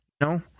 No